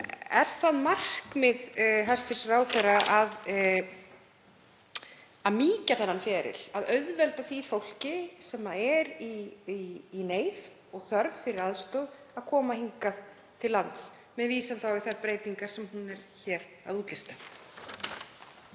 Er það markmið hæstv. ráðherra að mýkja þetta ferli, að auðvelda því fólki sem er í neyð og þörf fyrir aðstoð að koma hingað til lands, með vísan í þær breytingar sem hún útlistar